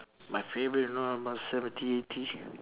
my favourite know about seventy eighty